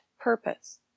purpose